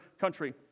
country